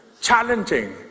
Challenging